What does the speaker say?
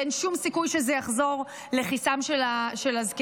ואין שום סיכוי שזה יחזור לכיסם של הזקנים,